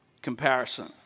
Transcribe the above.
Comparison